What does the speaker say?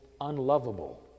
unlovable